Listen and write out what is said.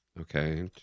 Okay